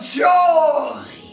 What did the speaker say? joy